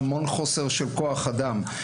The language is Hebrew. היה המון חוסר כוח אדם.